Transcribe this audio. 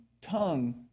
tongue